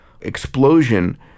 explosion